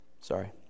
sorry